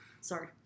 Sorry